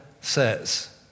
says